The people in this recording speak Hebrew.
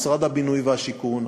משרד הבינוי והשיכון,